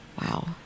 wow